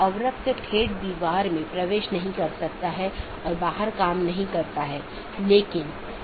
एक stub AS केवल स्थानीय ट्रैफ़िक ले जा सकता है क्योंकि यह AS के लिए एक कनेक्शन है लेकिन उस पार कोई अन्य AS नहीं है